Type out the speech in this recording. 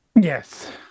Yes